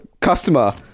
customer